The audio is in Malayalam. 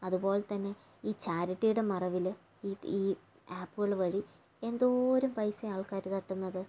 അതുപോലെ തന്നെ ഈ ചാരിറ്റിടെ മറവിൽ ഈ ആപ്പുകൾ വഴി എന്തോരം പൈസാ ആൾക്കാർ തട്ടുന്നത്